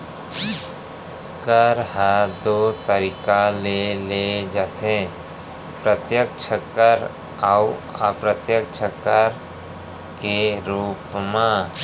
कर ह दू तरीका ले लेय जाथे प्रत्यक्छ कर अउ अप्रत्यक्छ कर के रूप म